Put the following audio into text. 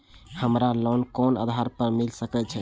हमरा लोन कोन आधार पर मिल सके छे?